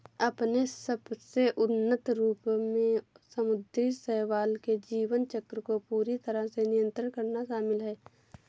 अपने सबसे उन्नत रूप में समुद्री शैवाल के जीवन चक्र को पूरी तरह से नियंत्रित करना शामिल है